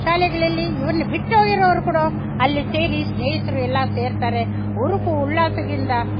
ಶಾಲೆಗಳಲ್ಲಿ ಇವರನ್ನ ಬಿಟ್ಟೋಗಿರೋರು ಕೂಡ ಅಲ್ಲಿ ಸೇರಿ ಸ್ನೇಹಿತರೆಲ್ಲ ಸೇರ್ತಾರೆ ಹುರುಪು ಉಲ್ಲಾಸದಿಂದ